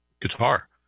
guitar